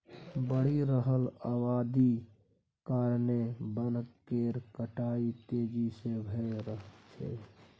बढ़ि रहल अबादी कारणेँ बन केर कटाई तेजी से भए रहल छै